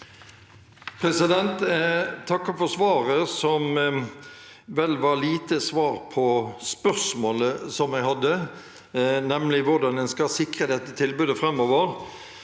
Jeg takker for svaret, som vel var lite svar på spørsmålet jeg hadde, nemlig hvordan en skal sikre dette tilbudet framover.